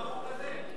מה זה קשור לחוק הזה?